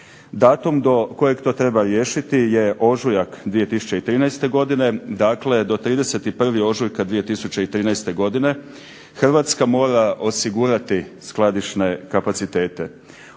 Datum do kojeg to treba riješiti je ožujak 2013. godine. Dakle, do 31. ožujka 2013. godine Hrvatska mora osigurati skladišne kapacitete,